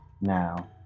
now